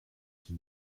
qui